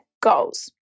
goals